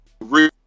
real